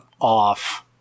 off